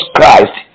Christ